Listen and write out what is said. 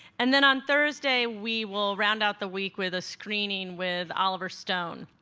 and then, on thursday, we will round out the week with a screening with oliver stone.